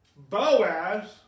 Boaz